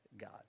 God